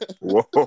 Whoa